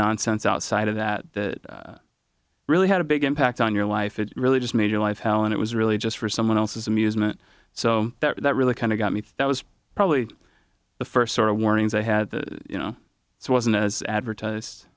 nonsense outside of that that really had a big impact on your life it really just made your life hell and it was really just for someone else's amusement so that really kind of got me that was probably the first sort of warnings i had that you know it wasn't as advertised